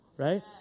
Right